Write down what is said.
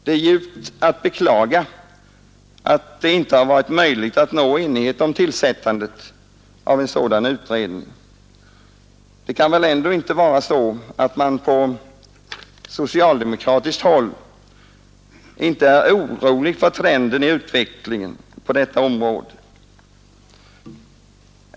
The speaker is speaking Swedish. Det är att djupt beklaga att det inte varit möjligt att nå enighet om tillsättandet av en sådan utredning. Det kan väl ändå inte vara så att man på socialdemokratiskt håll inte är orolig för trenden i utvecklingen på detta område.